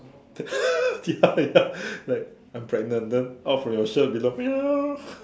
ya ya like I'm pregnant then out from your shirt below